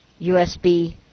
USB